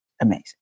amazing